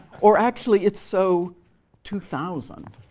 or actually, it's so two thousand.